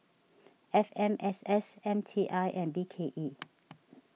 F M S S M T I and B K E